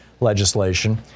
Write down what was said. legislation